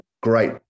great